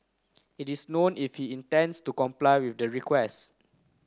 it is known if he intends to comply with the request